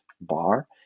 bar